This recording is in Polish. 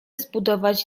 zbudować